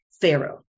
Pharaoh